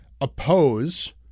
oppose